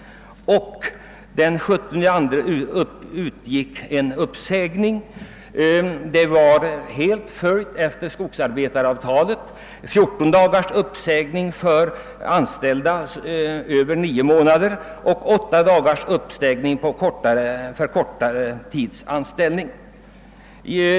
Skogsarbetaravtalet har helt följts, d. v. s. fjorton dagars uppsägningstid för dem som varit anställda över nio månader och åtta dagars uppsägningstid vid kortare anställningstid.